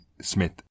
Smith